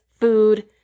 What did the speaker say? food